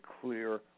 clear